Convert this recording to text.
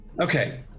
Okay